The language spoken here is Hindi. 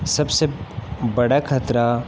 सबसे बड़ा खतरा